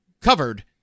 covered